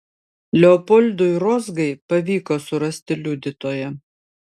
leopoldui rozgai pavyko surasti liudytoją